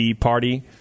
party